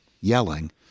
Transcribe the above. yelling